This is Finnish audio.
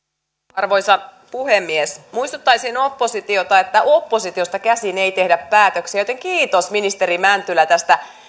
arvoisa puhemies muistuttaisin oppositiota että oppositiosta käsin ei tehdä päätöksiä joten kiitos ministeri mäntylä tästä